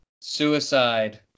Suicide